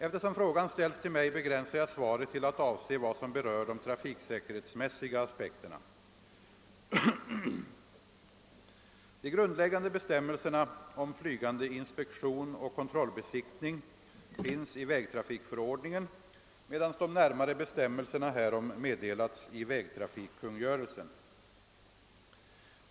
Eftersom frågan ställts till mig begränsar jag svaret till att avse vad som berör de trafiksäkerhetsmässiga aspekterna. De grundläggande bestämmelserna om flygande inspektion och kontrollbesiktning finns i vägtrafikförordningen medan de närmare bestämmelserna härom meddelats i vägtrafikkungörelsen.